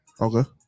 Okay